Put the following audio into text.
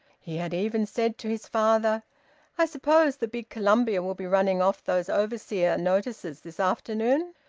he had even said to his father i suppose the big columbia will be running off those overseer notices this afternoon?